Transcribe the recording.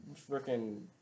freaking